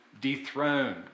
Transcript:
dethroned